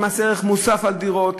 ממס ערך מוסף על דירות,